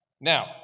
Now